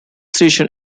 station